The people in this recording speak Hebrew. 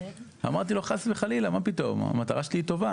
אמרתי לו: חס וחלילה, מה פתאום, המטרה שלי טובה.